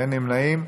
אין נמנעים.